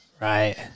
Right